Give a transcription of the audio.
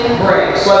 breaks